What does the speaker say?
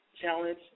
challenge